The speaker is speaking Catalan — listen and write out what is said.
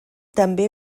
també